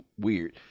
weird